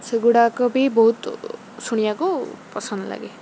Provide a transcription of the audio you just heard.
ସେଗୁଡ଼ାକ ବି ବହୁତ ଶୁଣିବାକୁ ପସନ୍ଦ ଲାଗେ